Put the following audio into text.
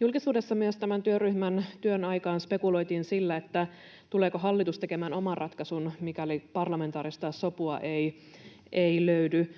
Julkisuudessa tämän työryhmän työn aikaan spekuloitiin myös sillä, tuleeko hallitus tekemään oman ratkaisun, mikäli parlamentaarista sopua ei löydy.